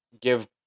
give